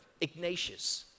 Ignatius